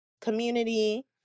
community